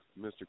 Mr